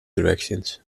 directions